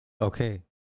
Okay